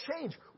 change